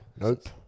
Nope